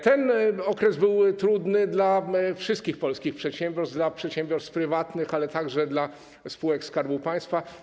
Ten okres był trudny dla wszystkich polskich przedsiębiorstw, dla przedsiębiorstw prywatnych, ale także dla spółek Skarbu Państwa.